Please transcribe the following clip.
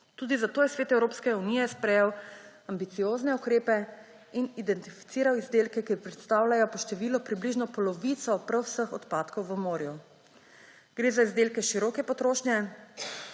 Tudi zato je Svet Evropske unije sprejel ambiciozne ukrepe in identificiral izdelke, ki predstavljajo po številu približno polovico prav vseh odpadkov v morju. Gre za izdelke široke potrošnje,